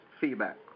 feedback